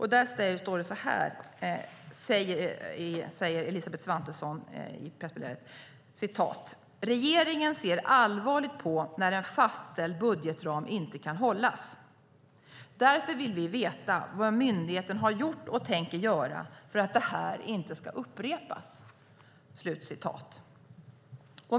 I pressmeddelandet säger Elisabeth Svantesson: "Regeringen ser allvarligt på när en fastställd budgetram inte kan hållas. Därför vill vi veta vad myndigheten har gjort och tänker göra för att det här inte ska upprepas."